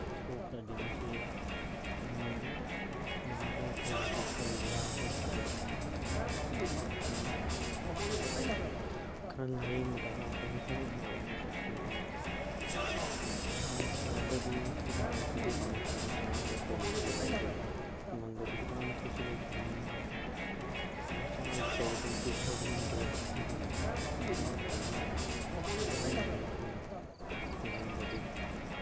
ꯁꯣꯛꯈ꯭ꯔꯗꯤ ꯃꯁꯤ ꯅꯥꯕ ꯐꯕꯁꯤ ꯈꯔ ꯋꯥꯏ ꯍꯥꯏ ꯇꯥꯔꯦ ꯁꯨꯃꯥꯏꯅ ꯑꯗꯨꯝ ꯈꯔ ꯂꯥꯌꯦꯡꯕꯗ ꯋꯥꯕ ꯃꯐꯝ ꯑꯃ ꯑꯣꯏ ꯃꯁꯤ ꯈꯨꯡꯒꯪꯗꯗꯤ ꯑꯗꯨ ꯁꯍꯔꯗꯗꯤ ꯍꯤꯗꯥꯛ ꯂꯥꯡꯊꯛ ꯂꯩꯕꯅꯤꯅ ꯑꯐꯕ ꯆꯥꯔꯒ ꯐꯒꯤꯕꯁꯨ ꯌꯥꯏ ꯑꯗꯨꯕꯨꯈꯨꯡꯒꯪꯗꯗꯤ ꯍꯤꯗꯥꯛ ꯂꯥꯡꯊꯛꯁꯨ ꯂꯩꯇꯕꯅꯤꯅ ꯃꯁꯤ ꯑꯐꯕ ꯆꯥꯔꯒ ꯐꯒꯗꯕꯁꯨ ꯐꯕ ꯉꯝꯗꯦ ꯑꯗꯨꯅ ꯁꯨꯃꯥꯏꯅ ꯇꯧꯔꯒ ꯑꯗꯨꯝ ꯂꯥꯌꯦꯡꯉꯤ ꯑꯩꯈꯣꯏ ꯈꯨꯡꯒꯪꯗꯗꯤ